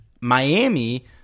Miami